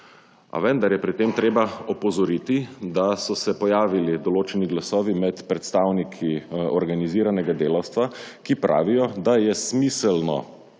vendar je pri tem treba opozoriti, da so se pojavili določeni glasovi med predstavniki organiziranega delavstva, ki pravijo, da je smiselno